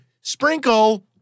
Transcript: sprinkle